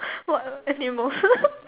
what animals